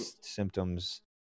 symptoms